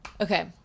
Okay